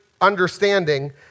understanding